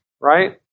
right